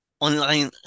online